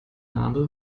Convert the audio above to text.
narbe